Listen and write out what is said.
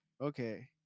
Okay